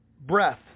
breath